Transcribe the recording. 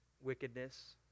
wickedness